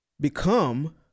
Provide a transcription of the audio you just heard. become